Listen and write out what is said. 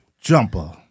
jumper